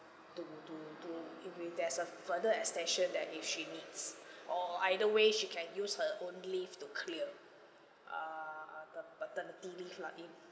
to to to if we there's a further extension that if she needs or either way she can use her own leave to clear err the maternity leave lah if